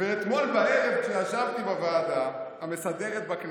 ואתמול בערב, כשישבתי בוועדה המסדרת בכנסת,